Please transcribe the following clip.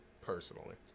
Personally